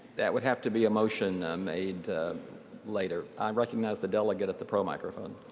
that would have to be a motion made later. i recognize the delegate at the pro microphone.